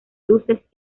luces